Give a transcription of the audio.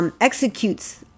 Executes